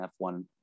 f1